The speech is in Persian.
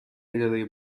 اداره